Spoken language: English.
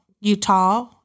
Utah